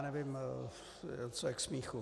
Nevím, co je k smíchu.